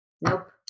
Nope